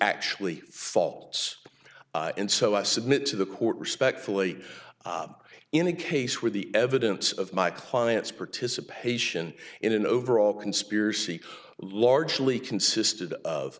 actually faults and so i submit to the court respectfully in a case where the evidence of my client's participation in an overall conspiracy largely consisted of